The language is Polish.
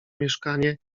mieszkanie